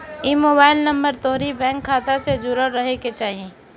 इ mobile number तोहरी bank खाता से जुड़ल रहे के चाही